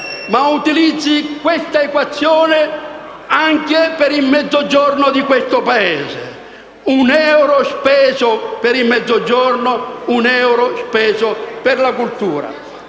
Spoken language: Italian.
utilizzi questa equazione anche per il Mezzogiorno: un euro speso per il Mezzogiorno, un euro speso per la cultura.